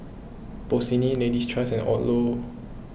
Bossini Lady's Choice and Odlo